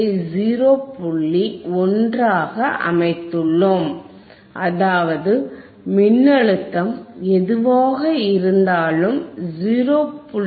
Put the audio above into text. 1 ஆக அமைத்துள்ளோம் அதாவது மின்னழுத்தம் எதுவாக இருந்தாலும் 0